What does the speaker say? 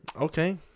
okay